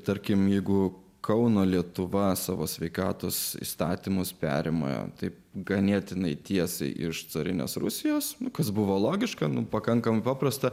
tarkim jeigu kauno lietuva savo sveikatos įstatymus perima taip ganėtinai tiesiai iš carinės rusijos kas buvo logiška nu pakankamai paprasta